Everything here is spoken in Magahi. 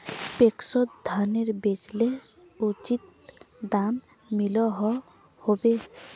पैक्सोत धानेर बेचले उचित दाम मिलोहो होबे?